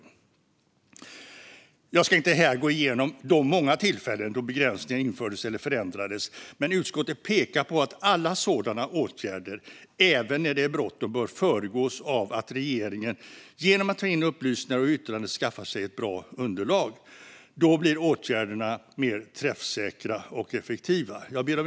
Jag ska inte här gå igenom de många tillfällen då begränsningar infördes eller förändrades, men utskottet pekar på att alla sådana åtgärder, även när det är bråttom, bör föregås av att regeringen genom att ta in upplysningar och yttranden skaffar sig ett bra underlag. Då blir åtgärderna mer träffsäkra och effektiva.